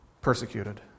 persecuted